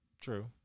true